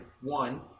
One